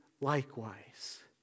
likewise